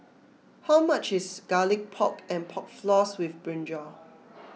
how much is Garlic Pork and Pork Floss with Brinjal